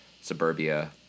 suburbia